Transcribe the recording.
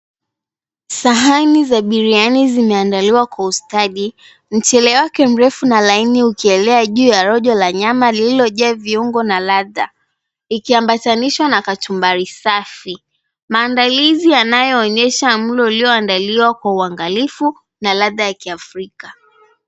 Sahani za biriani zimeandaliwa kwa ustadi mchele yake mrefu na laini ukielea juu ya rojo la nyama na liliojaa viungo na ladha ikiambatanishwa na kachumbari safi. Maandalizi yanayoonyesha mlo ulioandaliwa kwa uangalifu na ladha ya kiafrika.